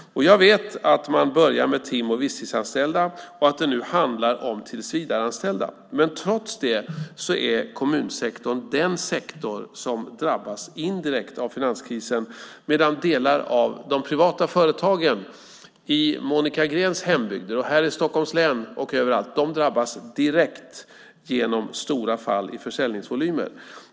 Jag vet att man börjar med tim och visstidsanställda och att det nu handlar om tillsvidareanställda. Men trots detta är kommunsektorn en sektor som drabbas indirekt av finanskrisen, medan delar av de privata företagen, i Monica Greens hembygder, här i Stockholms län och överallt, drabbas direkt genom stora fall i försäljningsvolymer.